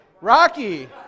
Rocky